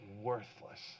worthless